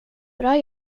bra